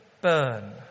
burn